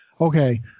okay